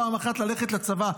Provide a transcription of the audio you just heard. פעם אחת ללכת לצבא,